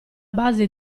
base